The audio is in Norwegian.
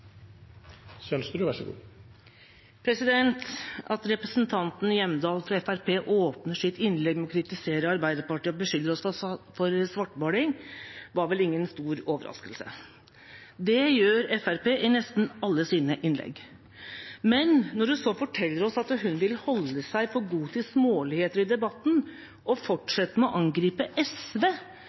At representanten Hjemdal fra Fremskrittspartiet åpner sitt innlegg med å kritisere Arbeiderpartiet og beskylder oss for svartmaling, var vel ingen stor overraskelse. Det gjør Fremskrittspartiet i nesten alle sine innlegg. Men når hun så forteller oss at hun vil holde seg for god til småligheter i debatten, og fortsetter med å angripe SV